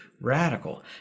radical